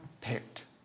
picked